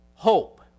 hope